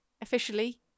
officially